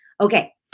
Okay